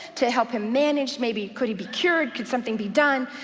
to help him manage, maybe could he be cured, could something be done,